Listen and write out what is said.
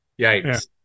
Yikes